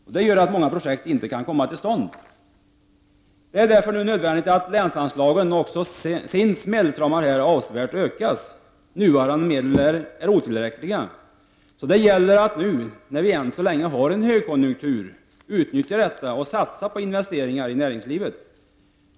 Detta gör att många projekt inte kan komma till stånd. Det är därför nu nödvändigt att länsanslagen och även SIND:s medelsramar avsevärt ökas. Nuvarande medel är helt otillräckliga. Det gäller att nu, när vi än så länge har en högkonjunktur, utnyttja denna och satsa på investeringar i näringslivet.